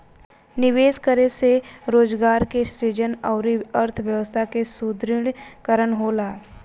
निवेश करे से रोजगार के सृजन अउरी अर्थव्यस्था के सुदृढ़ीकरन होला